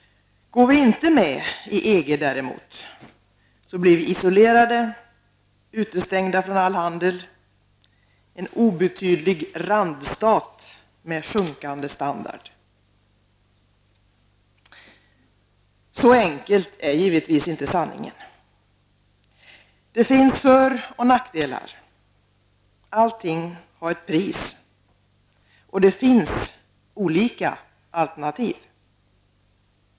Om vi däremot inte går med i EG blir vi isolerade, utestängda från all handel. Sverige blir en obetydlig randstat med sjunkande standard. Men så enkel är givetvis inte sanningen. Det finns för och nackdelar, allting har ett pris, och det finns olika alternativ.